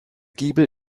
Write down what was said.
giebel